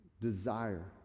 desire